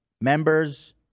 members